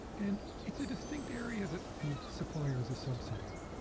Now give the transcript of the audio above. and it's a distinct area that the supplier is a subset of.